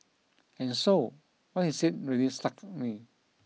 and so what he said really struck me